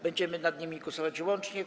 Będziemy nad nimi głosować łącznie.